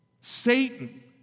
Satan